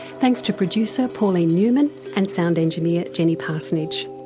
thanks to producer pauline newman and sound engineer jenny parsonage.